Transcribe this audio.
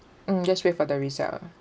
mm just wait for the result ah